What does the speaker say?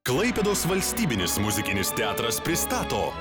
klaipėdos valstybinis muzikinis teatras pristato